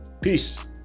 Peace